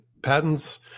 Patents